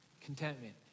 Contentment